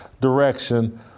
direction